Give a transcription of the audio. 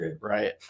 Right